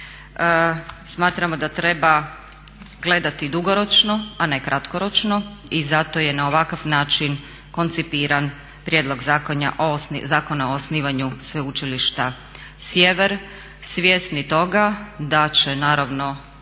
Smatramo da treba gledati dugoročno, a ne kratkoročno i zato je na ovakav način koncipiran Prijedlog zakona o osnivanju Sveučilišta Sjever, svjesni toga da će naravno